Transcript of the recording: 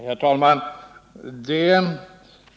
Herr talman!